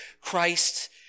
Christ